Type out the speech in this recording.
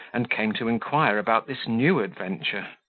and came to inquire about this new adventure.